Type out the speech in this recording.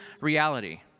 reality